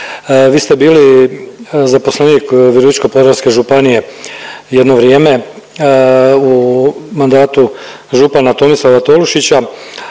Vi ste bili zaposlenik Virovitičko-podravske županije jedno vrijeme u mandatu župana Tomislava Tolušića,